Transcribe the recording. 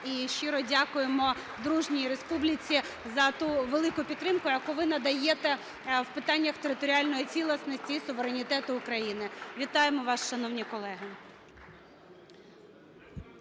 і щиро дякуємо дружній республіці за ту велику підтримку, яку ви надаєте в питаннях територіальної цілісності і суверенітету України. Вітаємо вас, шановні колеги.